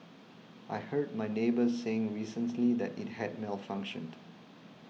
I heard my neighbour saying recently that it had malfunctioned